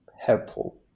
helpful